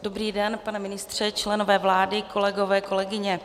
Dobrý den, pane ministře, členové vlády, kolegové, kolegyně.